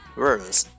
words